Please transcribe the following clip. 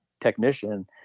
technician